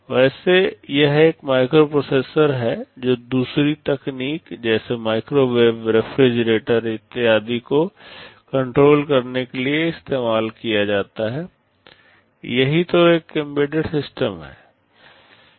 वैसे यह एक माइक्रोप्रोसेसर है जो दूसरी तकनीक जैसे माइक्रोवेव रेफ्रिजरेटर इत्यादि को कंट्रोल करने में इस्तेमाल किया जाता है यही तो एक एम्बेडेड सिस्टम है